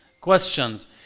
questions